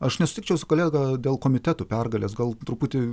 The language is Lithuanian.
aš nesutikčiau su kolega dėl komitetų pergalės gal truputį